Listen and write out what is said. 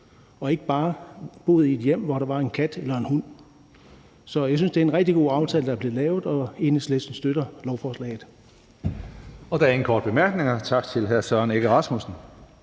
og ikke bare boet i et hjem, hvor der var en kat eller en hund. Så jeg synes, det er en rigtig god aftale, der er blevet lavet, og Enhedslisten støtter lovforslaget. Kl. 13:19 Tredje næstformand (Karsten Hønge): Der